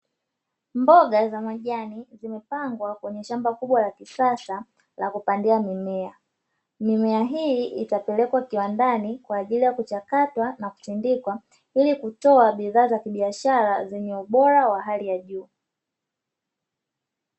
Mboga za majani zimepangwa kwenye shamba kubwa la kisasa la kupandia mimea. Mimea hii itapelekwa kiwandani kwa ajili ya kuchakatwa na kusindikwa ili kutoa bidhaa za kibiashara zenye ubora wa hali ya juu.